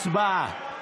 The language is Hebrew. הצבעה.